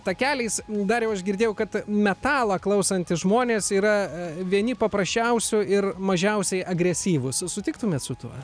takeliais dariau aš girdėjau kad metalą klausantys žmonės yra vieni paprasčiausių ir mažiausiai agresyvūs sutiktumėt su tuo